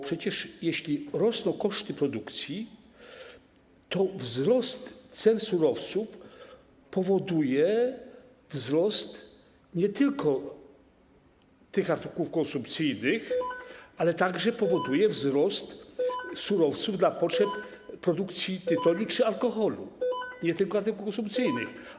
Przecież, jeśli rosną koszty produkcji, to wzrost cen surowców powoduje wzrost nie tylko cen tych artykułów konsumpcyjnych, ale także powoduje wzrost cen surowców na potrzeby produkcji tytoniu czy alkoholu, nie tylko artykułów konsumpcyjnych.